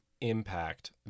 Impact